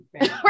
right